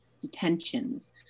detentions